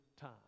time